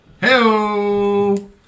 Hello